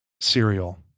cereal